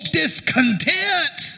discontent